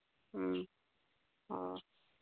ꯎꯝ ꯑ